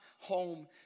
home